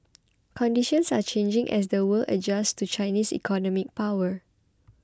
conditions are changing as the world adjusts to Chinese economic power